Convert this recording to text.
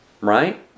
Right